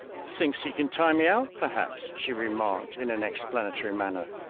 thinks he can tire me out, perhaps! she remarked in an explanatory manner.